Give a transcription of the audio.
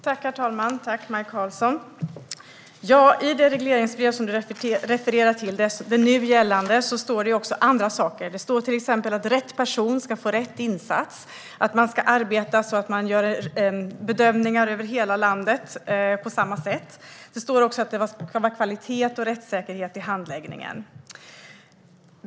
Herr talman! I det nu gällande regleringsbrev som Maj Karlsson refererade till står det också andra saker. Det står till exempel att rätt person ska få rätt insats, att man ska arbeta för att bedömningarna ska göras på samma sätt över hela landet. Det står också att det ska vara kvalitet och rättssäkerhet i handläggningen.